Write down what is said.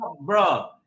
bro